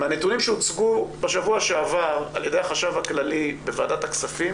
מהנתונים שהוצגו בשבוע שעבר על ידי החשב הכללי בוועדת הכספים,